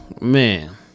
man